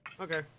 Okay